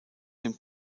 dem